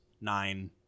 nine